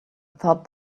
thought